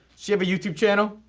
she have a youtube channel?